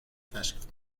تشریف